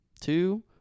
two